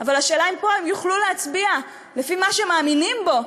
אבל השאלה אם פה הם יוכלו להצביע לפי מה שהם מאמינים בו,